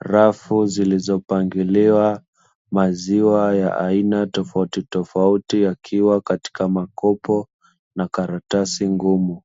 rafu zilizopangiliwa maziwa ya aina tofautitofauti, yakiwa katika makopo na karatasi ngumu.